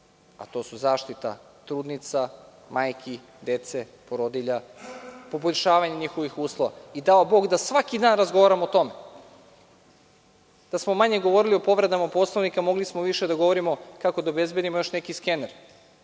a to su zaštita trudnica, majki, dece i porodilja, poboljšavanje njihovih uslova i dao bog svaki dan razgovaramo o tome. Da smo manje govorili o povredama Poslovnika, mogli smo više da govorimo kako da obezbedimo još neki skener,